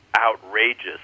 outrageous